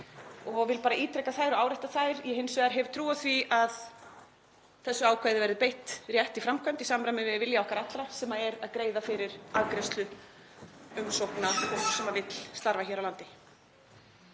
Ég vil bara ítreka þær og árétta þær. Ég hins vegar hef trú á því að þessu ákvæði verði beitt rétt í framkvæmd og í samræmi við vilja okkar allra sem er að greiða fyrir afgreiðslu umsókna fólks sem vill starfa hér á landi.